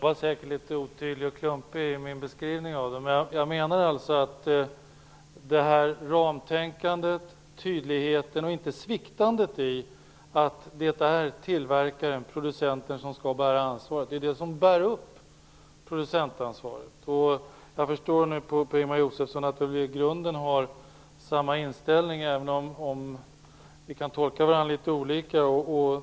Herr talman! Jag var säkert otydlig och klumpig i min beskrivning. Men jag menade att ramtänkandet, tydligheten och det faktum att man inte sviktar i tillverkarens ansvar är det som bär upp producentansvaret. Jag förstår nu på Ingemar Josefsson att vi i grunden har samma inställning, även om vi kan tolka varandra litet olika.